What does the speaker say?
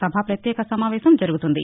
సభ పత్యేక సమావేశం జరుగుతుంది